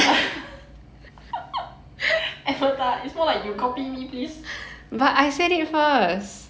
avatar is more like you copy me please